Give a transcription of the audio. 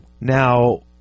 Now